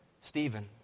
Stephen